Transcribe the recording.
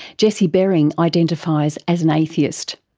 jesse bering identifies as an atheist.